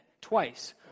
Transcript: twice